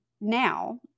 now